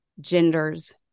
genders